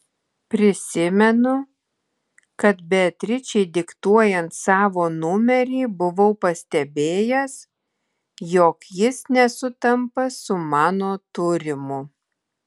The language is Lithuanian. prisimenu kad beatričei diktuojant savo numerį buvau pastebėjęs jog jis nesutampa su mano turimu